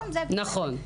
נכון.